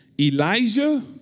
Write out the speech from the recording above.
Elijah